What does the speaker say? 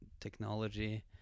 technology